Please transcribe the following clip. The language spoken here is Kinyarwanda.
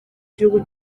gihugu